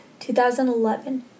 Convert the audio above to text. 2011